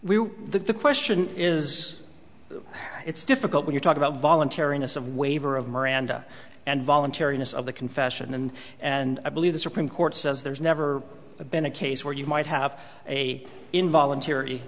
we the question is it's difficult when you talk about voluntariness of waiver of miranda and voluntariness of the confession and and i believe the supreme court says there's never been a case where you might have a involuntary